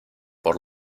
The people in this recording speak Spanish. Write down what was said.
por